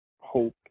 hope